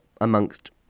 amongst